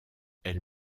elle